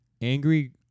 Angry